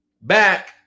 back